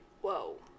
whoa